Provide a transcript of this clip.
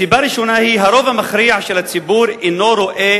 סיבה ראשונה היא שהרוב המכריע של הציבור אינו רואה